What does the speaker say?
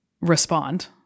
respond